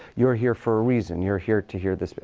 you're here for a reason you're here to hear this.